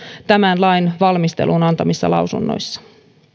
tämän lain valmisteluun antamissa lausunnoissa